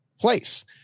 place